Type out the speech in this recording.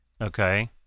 Okay